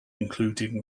including